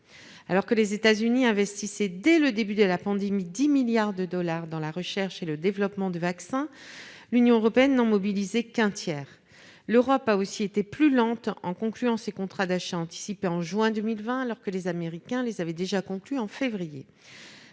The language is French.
Alors que les États-Unis investissaient dès le début de la pandémie dix milliards de dollars dans la recherche et le développement de vaccins, l'Union européenne ne mobilisait qu'un tiers de cette somme. L'Europe a aussi été plus lente, en concluant ses contrats d'achats anticipés en juin 2020, alors que les Américains les avaient déjà signés en février.